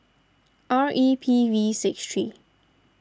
R E P V six three